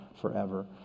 forever